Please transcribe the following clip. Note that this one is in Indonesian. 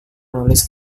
menulis